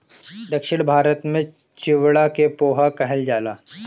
दक्षिण भारत में चिवड़ा के पोहा कहल जाला